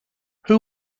who